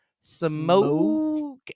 Smoke